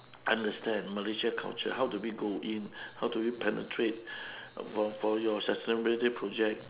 understand malaysia culture how do we go in how do we penetrate for for your sustainability project